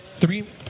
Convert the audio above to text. three